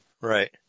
Right